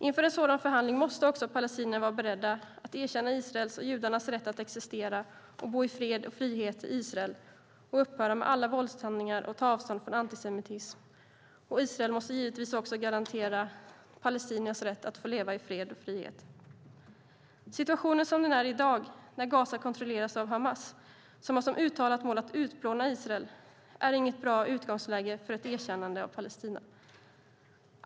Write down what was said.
Inför en sådan förhandling måste också palestinierna vara beredda att erkänna israelernas och judarnas rätt att existera och bo i fred och frihet i Israel och upphöra med alla våldshandlingar och ta avstånd från antisemitism. Israel måste givetvis också garantera palestiniers rätt att få leva i fred och frihet. Situationen som den är i dag, när Gaza kontrolleras av Hamas, som har som uttalat mål att utplåna Israel, är inget bra utgångsläge för ett erkännande av Palestina.